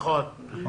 נכון.